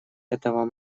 этого